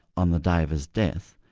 on the day of his death,